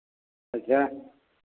अच्छा